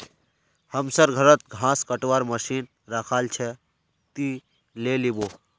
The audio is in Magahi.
हमसर घरत घास कटवार मशीन रखाल छ, ती ले लिबो